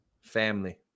family